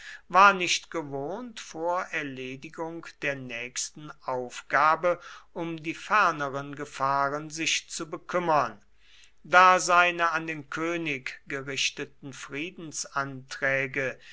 war nicht gewohnt vor erledigung der nächsten aufgabe um die ferneren gefahren sich zu bekümmern da seine an den könig gerichteten